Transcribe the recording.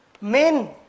Men